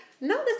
No